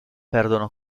perdono